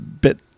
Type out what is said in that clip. bit